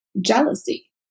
jealousy